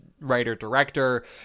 writer-director